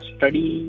Study